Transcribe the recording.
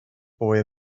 boy